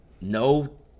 no